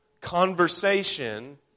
conversation